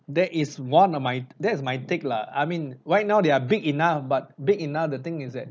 that is one of my that's my take lah I mean right now they are big enough but big enough the thing is that